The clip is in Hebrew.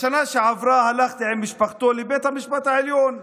בשנה שעברה הלכתי עם משפחתו לבית המשפט העליון,